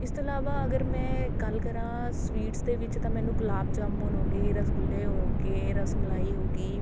ਇਸ ਤੋਂ ਇਲਾਵਾ ਅਗਰ ਮੈਂ ਗੱਲ ਕਰਾਂ ਸਵੀਟਸ ਦੇ ਵਿੱਚ ਤਾਂ ਮੈਨੂੰ ਗੁਲਾਬ ਜਾਮੁਣ ਹੋ ਗਈ ਰਸਗੁੱਲੇ ਹੋ ਗਏ ਰਸਮਲਾਈ ਹੋ ਗਈ